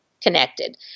connected